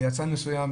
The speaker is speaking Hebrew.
ליצרן מסוים,